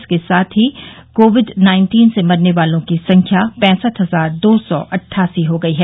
इसके साथ ही कोविड नाइंटीन से मरने वालों की संख्या पैंसठ हजार दो सौ अट्ठासी हो गई है